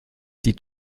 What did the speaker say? die